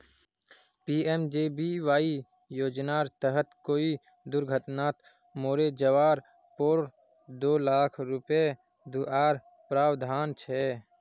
PMJBY योज्नार तहत कोए दुर्घत्नात मोरे जवार पोर दो लाख रुपये दुआर प्रावधान छे